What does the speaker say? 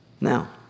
Now